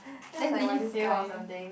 then did he fail or something